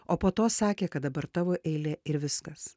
o po to sakė kad dabar tavo eilė ir viskas